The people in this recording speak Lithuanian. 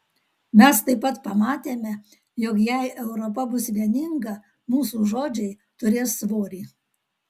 mes taip pat pamatėme jog jei europa bus vieninga mūsų žodžiai turės svorį